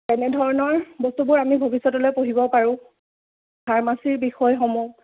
তেনেধৰণৰ বস্তুবোৰ আমি ভৱিষ্যতলৈ পঢ়িব পাৰোঁ ফাৰ্মাচী বিষয়সমূহ